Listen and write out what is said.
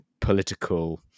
political